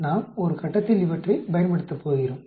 நாம் ஒரு கட்டத்தில் இவற்றைப் பயன்படுத்தப் போகிறோம்